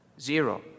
Zero